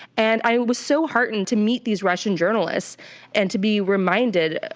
and i was so heartened to meet these russian journalists and to be reminded,